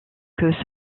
que